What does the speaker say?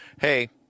hey